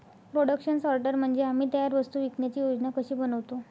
production सॉर्टर म्हणजे आम्ही तयार वस्तू विकण्याची योजना कशी बनवतो